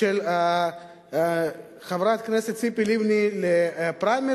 של חברת הכנסת ציפי לבני לפריימריס,